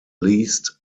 least